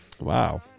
Wow